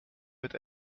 mit